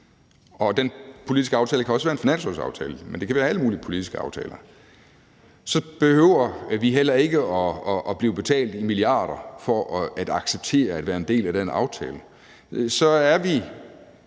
og den politiske aftale kan også være en finanslovsaftale, og det kan være alle mulige politiske aftaler – så behøver vi heller ikke at blive betalt milliarder af kroner for at acceptere at være en del af den aftale. Når det,